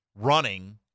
running